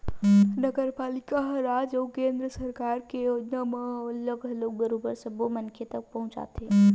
नगरपालिका ह राज अउ केंद्र सरकार के योजना मन ल घलो बरोबर सब्बो मनखे मन तक पहुंचाथे